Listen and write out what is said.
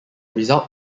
result